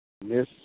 Miss